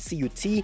CUT